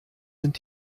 sind